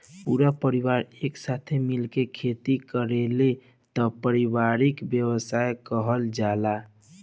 पूरा परिवार एक साथे मिल के खेती करेलालो तब पारिवारिक व्यवसाय कहल जाला